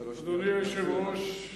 אדוני היושב-ראש,